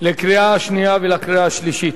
לקריאה השנייה ולקריאה השלישית.